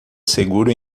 seguro